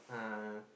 uh